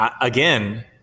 again